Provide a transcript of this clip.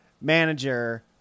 manager